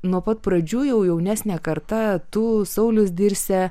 nuo pat pradžių jau jaunesnė karta tu saulius dirsė